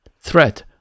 threat